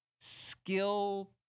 skill